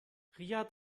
riad